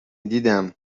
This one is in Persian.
دیدم